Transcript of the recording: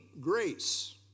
grace